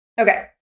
Okay